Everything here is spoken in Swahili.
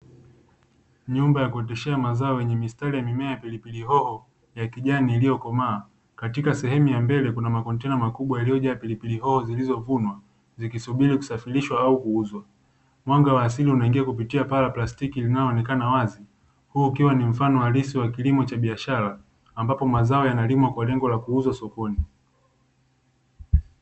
Nyumba ya kuoteshea mazao yenye mistari ya mimea pilipili hoho ya kijani iliyokomaa. Katika sehemu ya mbele kuna makontena makubwa yaliyojaa pilipili hoho zilizovunwa zikisubiri kusafirishwa au kuuzwa. Mwanga wa asili unaingia kupitia paa la plastiki linaloonekana wazi. Huu ukiwa ni mfano halisi wa kilimo cha biashara, ambapo mazao yanalimwa kwa lengo la kuuzwa sokoni.